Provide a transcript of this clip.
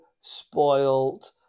spoiled